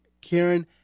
Karen